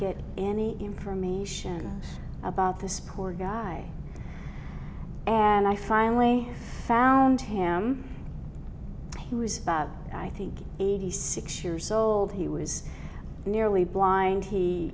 get any information about this poor guy and i finally found him he was i think eighty six years old he was nearly blind